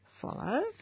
follow